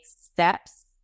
steps